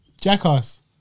Jackass